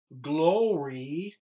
glory